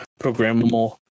programmable